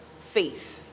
Faith